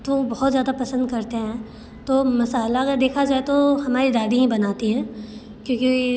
तो वो बहुत ज़्यादा पसंद करते हैं तो मसाला अगर देखा जाए तो हमारी दादी ही बनाती हैं क्योंकि